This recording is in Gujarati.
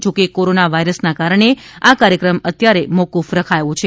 જો કે કોરોના વાયરસના કારણે આ કાર્યક્રમ અત્યારે મોક્રફ રખાયો છે